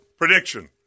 Prediction